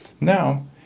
Now